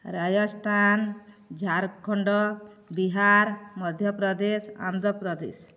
Rajasthan Jharkhand Bihar Madhya Pradesh Andhra Pradesh